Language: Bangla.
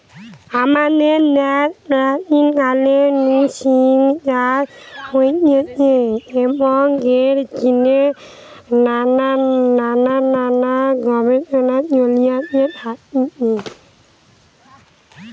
আমাদের দ্যাশে প্রাচীন কাল নু সিল্ক চাষ হতিছে এবং এর জিনে নানান গবেষণা চলতে থাকি